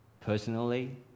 personally